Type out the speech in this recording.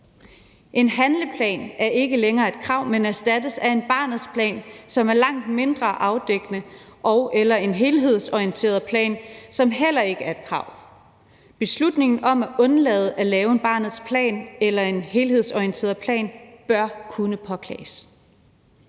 En handleplan er ikke længere et krav, men erstattes af en barnets plan, som er langt mindre afdækkende, og/eller en helhedsorienteret plan, som heller ikke er et krav. Beslutningen om at undlade at lave en barnets plan eller en helhedsorienteret plan bør kunne påklages.